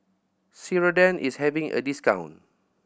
Ceradan is having a discount